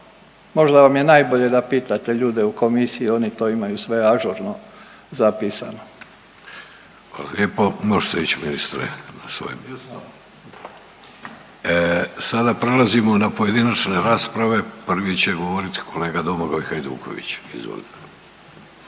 Možda vam je najbolje da pitate ljude u komisiji, oni to imaju sve ažurno zapisano. **Vidović, Davorko (Socijaldemokrati)** Hvala lijepo. Možete ići ministre na svoje mjesto. Sada prelazimo na pojedinačne rasprave. Prvi će govoriti kolega Domagoj Hajduković, izvolite.